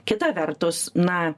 kita vertus na